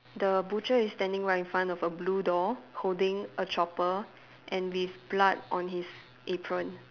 the butcher is standing right in front of a blue door holding a chopper and with blood on his apron